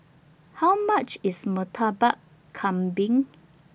How much IS Murtabak Kambing